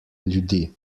ljudi